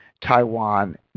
Taiwan